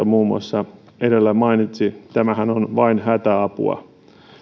muun muassa edustaja kiviranta edellä mainitsi tämähän on vain hätäapua